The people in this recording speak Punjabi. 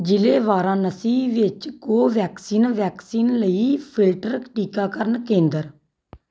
ਜ਼ਿਲ੍ਹੇ ਵਾਰਾਣਸੀ ਵਿੱਚ ਕੋਵੈਕਸਿਨ ਵੈਕਸੀਨ ਲਈ ਫਿਲਟਰ ਟੀਕਾਕਰਨ ਕੇਂਦਰ